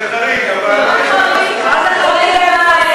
התשע"ה 2014, לוועדת הפנים והגנת הסביבה נתקבלה.